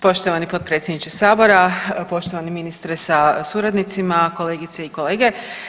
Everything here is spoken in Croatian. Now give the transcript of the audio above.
Poštovani potpredsjedniče sabora, poštovani ministre sa suradnicima, kolegice i kolege.